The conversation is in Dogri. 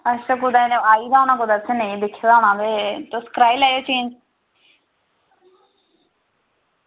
अक्सर कुदै आई गेदा होना ते असें नेईं दिक्खेआ ते कराई लैयो चेंज़